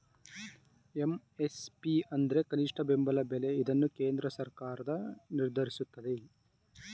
MSP ಅಂದ್ರೆ ಕನಿಷ್ಠ ಬೆಂಬಲ ಬೆಲೆ ಇದನ್ನು ಕೇಂದ್ರ ಸರ್ಕಾರ ನಿರ್ದೇಶಿಸುತ್ತದೆ